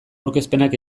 aurkezpenak